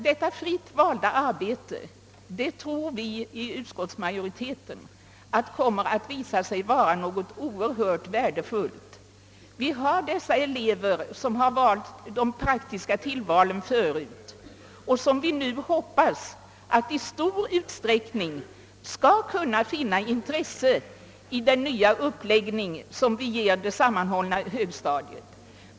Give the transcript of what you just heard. Detta fritt valda arbete tror vi, som tillhör utskottsmajoriteten, kommer att visa sig vara något oerhört värdefullt. De elever som tidigare har valt praktiska tillvalsämnen hoppas vi nu i stor utsträckning skall kunna få sina intressen tillgodosedda genom den uppläggning vi ger det sammanhållna högstadiet.